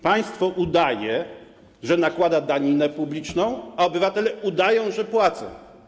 Państwo udaje, że nakłada daninę publiczną, a obywatele udają, że płacą.